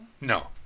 No